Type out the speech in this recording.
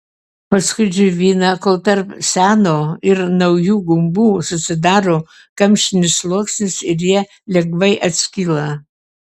paskui džiovina kol tarp seno ir naujų gumbų susidaro kamštinis sluoksnis ir jie lengvai atskyla